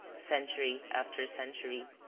century after century.